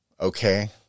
Okay